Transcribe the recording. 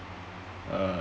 uh